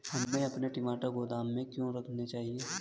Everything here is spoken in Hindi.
हमें अपने टमाटर गोदाम में क्यों रखने चाहिए?